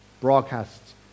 broadcasts